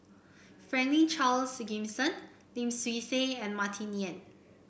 Franklin Charles Gimson Lim Swee Say and Martin Yan